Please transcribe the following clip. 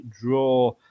draw